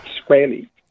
squarely